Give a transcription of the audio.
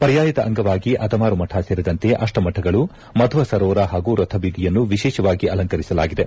ಪರ್ಯಾಯದ ಅಂಗವಾಗಿ ಅದಮಾರು ಮಠ ಸೇರಿದಂತೆ ಅಷ್ಟ ಮಠಗಳು ಮಧ್ವ ಸರೋವರ ಹಾಗೂ ರಥಬೀದಿಯನ್ನು ವಿಶೇಷವಾಗಿ ಅಲಂಕರಿಸಲಾಗಿದೆ